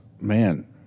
man